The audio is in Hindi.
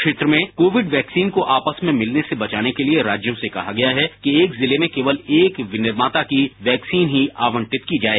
क्षेत्र में विभिन्न वैक्सीन को आपस में मिलने से बचाने के लिए राज्यों से कहा गया है कि एक जिले में केवल एक विनिर्माता की वैक्सीन ही आवंटित की जाए